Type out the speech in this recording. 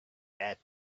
that